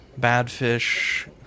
Badfish